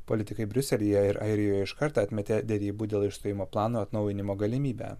politikai briuselyje ir airijoje iš karto atmetė derybų dėl išstojimo plano atnaujinimo galimybę